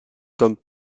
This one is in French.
comme